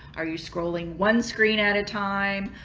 are you scrolling one screen at a time?